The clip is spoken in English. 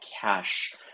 cash